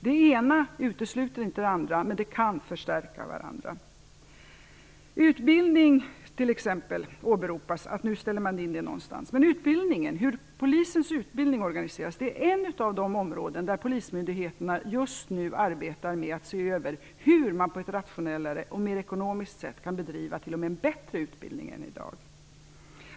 Det ena utesluter inte det andra, men det ena kan förstärka det andra. Det faktum att man ställer in utbildning åberopas. Men organiseringen av Polisens utbildning är ett av de områden som polismyndigheterna just nu arbetar med att se över. Det gäller hur utbildningen skall kunna bedrivas t.o.m. på ett rationellare och mer ekonomiskt vis än i dag.